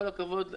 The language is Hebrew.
כל הכבוד לך,